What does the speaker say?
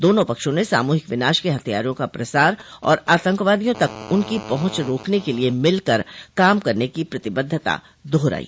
दोनों पक्षों ने सामूहिक विनाश के हथियारों का प्रसार और आतंकवादियों तक उनकी पहुंच रोकने के लिए मिलकर काम करने की प्रतिबद्धता दोहराई